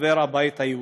חבר הבית היהודי.